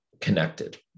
connected